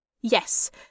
yes